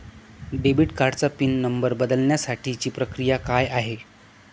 Debit कार्डचा PIN number बदलण्यासाठीची प्रक्रिया काय आहे?